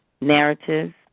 narratives